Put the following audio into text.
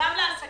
גם לעסקים.